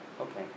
okay